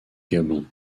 gabon